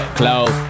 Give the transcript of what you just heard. close